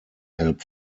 help